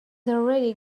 already